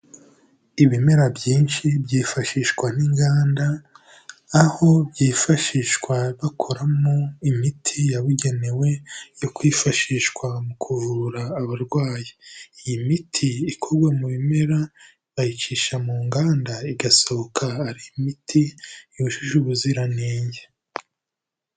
Ibimera byinshi byifashishwa n'inganda, aho byifashishwa bakoramo imiti yabugenewe yo kwifashishwa mu kuvura abarwayi. Iyi miti ikorwa mu bimera bayicisha mu nganda, igasohoka ari imiti yujuje ubuziranenge.